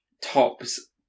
tops